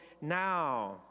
now